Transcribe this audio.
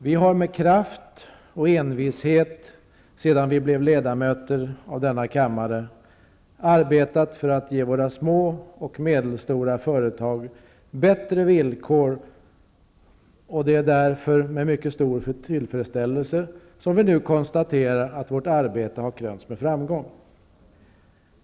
Vi har sedan vi blev ledamöter av denna kammare med kraft och envishet arbetat för att ge våra små och medelstora företag bättre villkor. Det är därför med mycket stor tillfredsställelse som vi nu konstaterar att vårt arbete har krönts med framgång.